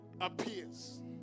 appears